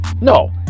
No